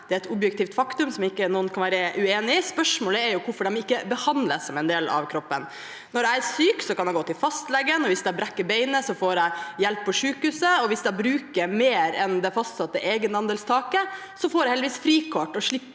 det er et objektivt faktum, som ikke noen kan være uenig i. Spørsmålet er hvorfor de ikke behandles som en del av kroppen. Når jeg er syk, kan jeg gå til fastlegen, hvis jeg brekker beinet, får jeg hjelp på sykehuset, og hvis jeg bruker mer enn det fastsatte egenandelstaket, får jeg heldigvis frikort og slipper